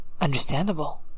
understandable